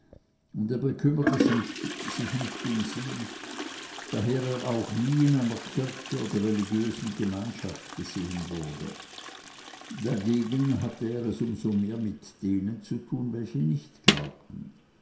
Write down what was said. und er bekümmerte sich nicht um sie daher er auch nie in einer kirche oder religiösen gemeinschaft gesehen wurde dagegen hatte er es um so mehr mit denen zu tun welche nicht glaubten